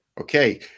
Okay